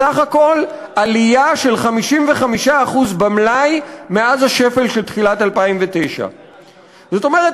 בסך הכול עלייה של 55% במלאי מאז השפל של תחילת 2009. זאת אומרת,